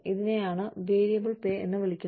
ഇതിനെ variable pay എന്ന് വിളിക്കുന്നു